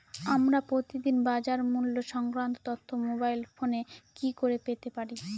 আমরা প্রতিদিন বাজার মূল্য সংক্রান্ত তথ্য মোবাইল ফোনে কি করে পেতে পারি?